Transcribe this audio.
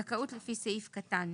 זכאות לפי סעיף קטן